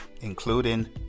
including